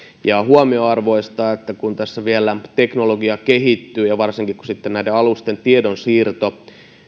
ja on huomionarvoista että kun tässä vielä teknologia kehittyy ja varsinkin kun näiden alusten tiedonsiirto